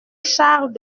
charles